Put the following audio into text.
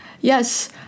Yes